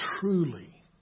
truly